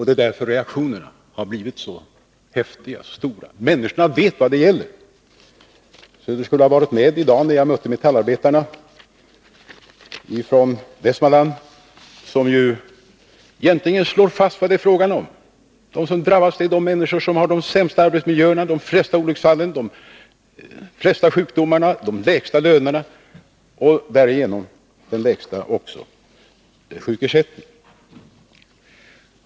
Det är därför reaktionerna har blivit så häftiga och stora. Människorna vet vad det gäller. Fru Söder skulle ha varit med i dag när jag mötte metallarbetarna från Västmanland, som slår fast vad det är fråga om. De som främst drabbas är de människor som har de sämsta arbetsmiljöerna, de flesta olycksfallen, de flesta sjukdomarna, de lägsta lönerna och därigenom också den lägsta sjukersättningen.